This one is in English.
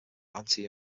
anti